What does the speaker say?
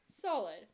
Solid